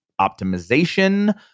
optimization